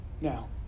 now